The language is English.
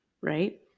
right